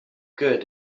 good